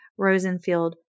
Rosenfield